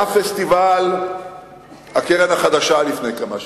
היה פסטיבל הקרן החדשה לפני כמה שבועות.